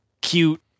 cute